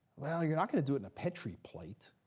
well, you're not going to do it in a petri plate.